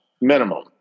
minimum